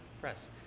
Press